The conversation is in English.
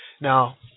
now